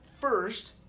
first